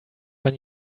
when